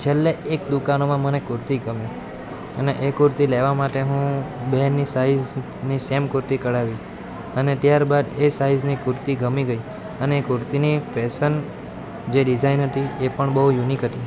છેલ્લે એક દુકાનોમાં મને કુર્તી ગમી અને એ કુર્તી લેવા માટે હું બહેનની સાઇઝની સેમ કુર્તી કઢાવી અને ત્યાર બાદ એ સાઇઝની કુર્તી ગમી ગઈ અને કુર્તીની ફેશન જે ડિઝાઇન હતી એ પણ બહુ યુનિક હતી